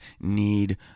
need